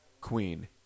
queen